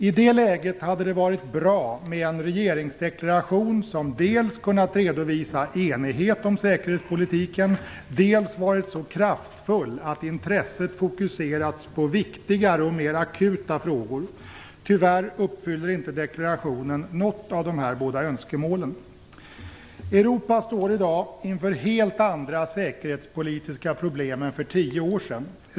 I det läget hade det varit bra med en regeringsdeklaration som dels kunnat redovisa enighet om säkerhetspolitiken, dels varit så kraftfull att intresset fokuserats på viktigare och akutare frågor. Tyvärr uppfyller inte deklarationen något av de båda önskemålen. Europa står i dag inför helt andra säkerhetspolitiska problem än för tio år sedan.